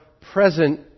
present